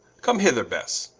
come hither besse,